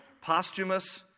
posthumous